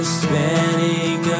spanning